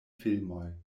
filmoj